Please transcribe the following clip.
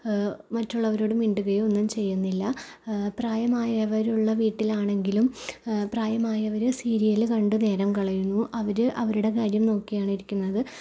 മറ്റുള്ളവരോട് മിണ്ടുകയോ ഒന്നും ചെയ്യുന്നില്ല പ്രായമായവരുള്ള വീട്ടിലാണെങ്കിലും പ്രായമായവർ സീരിയല് കണ്ട് നേരം കളയുന്നു അവർ അവരുടെ കാര്യം നോക്കിയാണ് ഇരിക്കുന്നത്